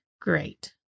great